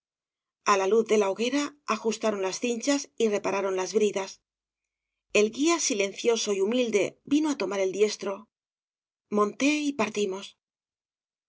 á la luz de la hoguera ajustaron las cinchas y repararon las bridas el guía silencioso y humilde vino á tomar el diestro monté y partimos